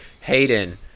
Hayden